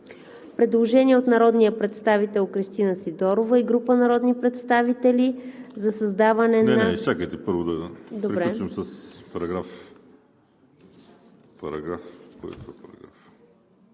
предложението на народния представител Кристина Сидорова и група народни представители по текста на